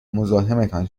مزاحمتان